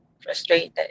Frustrated